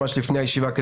ממש לפני הישיבה,